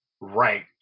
right